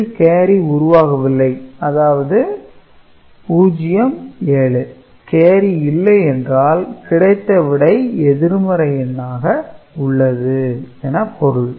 இதில் கேரி உருவாகவில்லை அதாவது 0 7 கேரி இல்லை என்றால் கிடைத்த விடை எதிர்மறை எண்ணாக உள்ளது என பொருள்